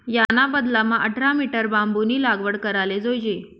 याना बदलामा आठरा मीटरना बांबूनी लागवड कराले जोयजे